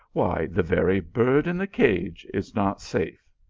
why, the very bird in the cage is not safe.